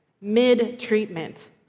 mid-treatment